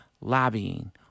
lobbying